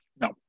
No